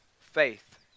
faith